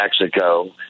Mexico